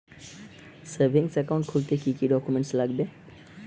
Savings account খুলতে কি কি ডকুমেন্টস লাগবে?